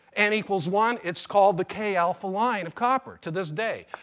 n equals one it's called the k alpha line of copper. to this day.